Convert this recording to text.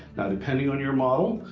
now, depending on your model,